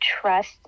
trust